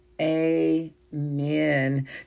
amen